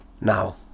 now